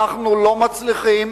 אנחנו לא מצליחים,